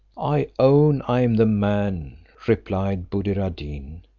i own i am the man, replied buddir ad deen,